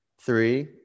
three